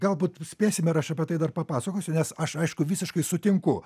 galbūt spėsim ir aš apie tai dar papasakosiu nes aš aišku visiškai sutinku